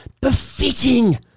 befitting